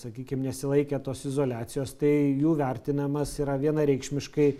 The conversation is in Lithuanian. sakykim nesilaikė tos izoliacijos tai jų vertinamas yra vienareikšmiškai